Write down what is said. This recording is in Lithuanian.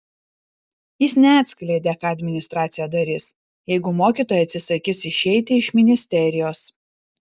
jis neatskleidė ką administracija darys jeigu mokytojai atsisakys išeiti iš ministerijos